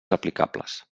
aplicables